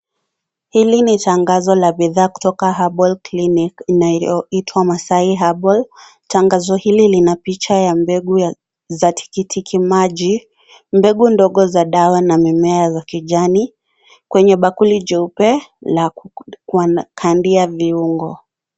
Hili ni tangazo la bidhaa kutoka herbl clinic inayoitwa Masai Herbal. Tangazo hili lina picha ya mbegu za tikitiki maji, mbegu ndogo za dawa na mimea za kijani kwenye bakuli cheupe la kukandia viungo.